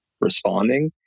responding